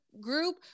group